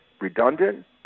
redundant